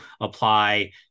apply